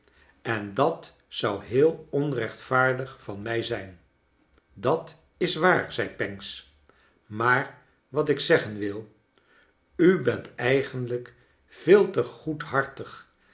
en dat zou heel onrechtvaardig van mij zijn dat is waar zei pancks maar wat ik zeggen wil u bent eigenlijk veel te